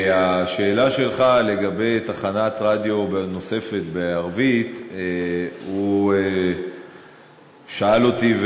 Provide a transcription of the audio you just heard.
שאת השאלה שלך לגבי תחנת רדיו נוספת בערבית הוא שאל אותי,